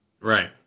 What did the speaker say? right